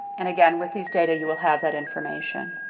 and again, with these data you will have that information.